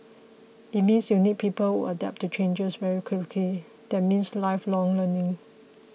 it means you need people who adapt to changes very quickly that means lifelong learning